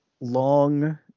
long